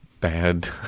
bad